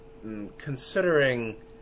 Considering